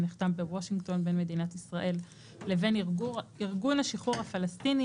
שנחתם בוושינגטון בין מדינת ישראל לבין ארגון השחרור הפלסטיני,